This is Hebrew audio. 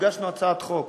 הגשנו הצעת חוק.